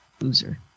Loser